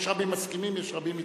יש רבים מסכימים, ויש רבים מתנגדים.